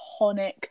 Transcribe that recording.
iconic